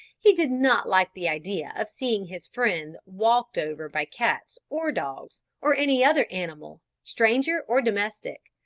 he did not like the idea of seeing his friend walked over by cats or dogs, or any other animal, stranger or domestic.